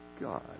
God